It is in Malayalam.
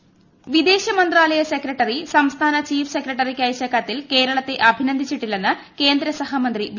മുരളീധരൻ വിദേശകാര്യ മന്ത്രാലയ സെട്രിക്ട്ടറി സംസ്ഥാന ചീഫ് സെക്രട്ടറിക്ക് അയച്ച കത്തിൽ കേരളളത്ത് അഭിനന്ദിച്ചിട്ടില്ലെന്ന് കേന്ദ്ര സഹമന്ത്രി വി